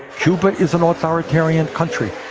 cuba is an authoritarian country.